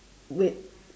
with